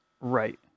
Right